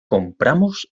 compramos